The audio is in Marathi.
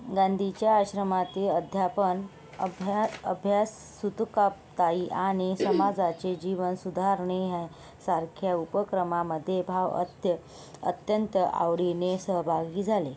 गांधीच्या आश्रमात अध्यापन अभ्या अभ्यास सूतकताई आणि समाजाचे जीवन सुधारणे ह्या सारख्या उपक्रमामध्ये भाव अत्य अत्यंत आवडीने सहभागी झाले